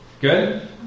Good